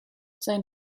sein